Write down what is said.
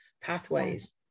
pathways